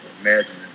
imagine